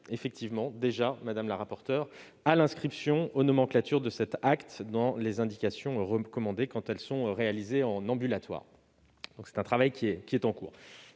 travaille déjà, madame la rapporteure, à l'inscription aux nomenclatures de cet acte dans les indications recommandées quand elles sont réalisées en ambulatoire. C'est un travail qui est en cours.